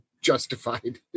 justified